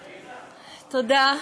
תודה,